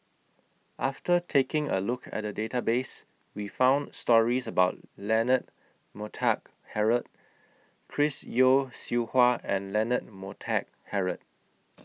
after taking A Look At The Database We found stories about Leonard Montague Harrod Chris Yeo Siew Hua and Leonard Montague Harrod